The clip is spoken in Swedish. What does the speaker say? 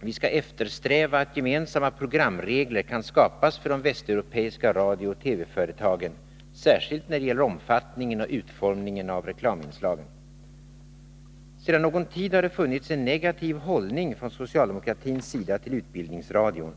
Vi skall eftersträva att gemensamma programregler kan skapas för de västeuropeiska radiooch TV-företagen, särskilt när det gäller omfattningen och utformningen av reklaminslagen. Sedan någon tid har det funnits en negativ hållning från socialdemokratins sida till Utbildningsradion.